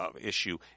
issue